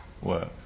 work